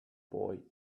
boy